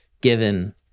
given